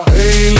Hey